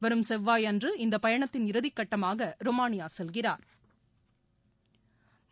வரும் செவ்வாயன்று இந்த பயணத்தின் இறுதிகட்டமாக ரொமானியா செலகிறாா்